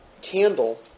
candle